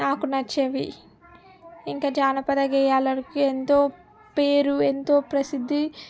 నాకు నచ్చేవి ఇంకా జానపద గేయాలకి ఎంతో పేరు ఎంతో ప్రసిద్ధి